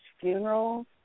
funeral